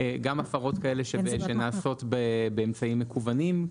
גם הפרות כאלה שנעשות באמצעים מקוונים,